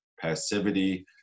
passivity